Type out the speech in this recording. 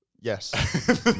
Yes